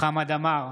חמד עמאר,